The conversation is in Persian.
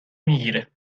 میگیره